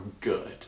good